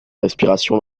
respiration